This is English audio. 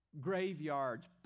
Graveyards